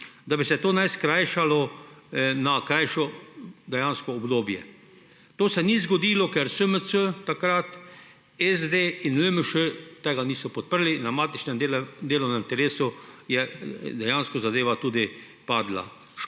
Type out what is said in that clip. naj bi se to skrajšalo na krajše obdobje. To se ni zgodilo, ker takrat SMC, SD in LMŠ tega niso podprli. Na matičnem delovnem telesu je dejansko zadeva tudi padla.